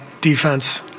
defense